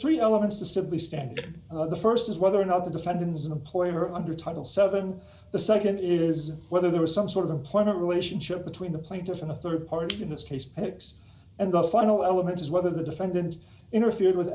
three elements to simply stand the st is whether or not the defendant is an employer under title seven the nd is whether there was some sort of employment relationship between the plaintiff and a rd party in this case and the final element is whether the defendant interfered with